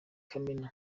kamena